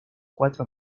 cuatro